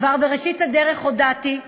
כבר בראשית הדרך הודעתי,